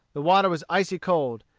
the water was icy cold.